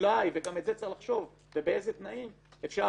אולי וגם את זה צריך לחשוב ובאיזה תנאים אפשר